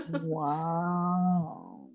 wow